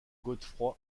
godefroy